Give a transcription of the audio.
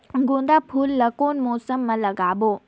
गेंदा फूल ल कौन मौसम मे लगाबो?